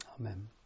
amen